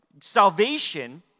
Salvation